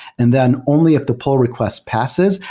and then only if the pull request passes,